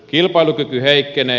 kilpailukyky heikkenee